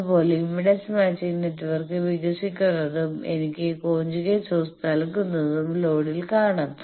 അതുപോലെ impedance matching network വികസിക്കുന്നതും എനിക്ക് കോഞ്ചുഗേറ്റ് സോഴ്സ് നൽകുന്നതും ലോഡിൽ കാണാം